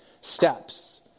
steps